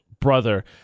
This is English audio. brother